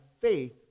faith